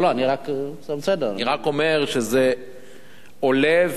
אני רק אומר שזה עולה.